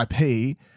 IP